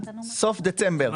סוף דצמבר.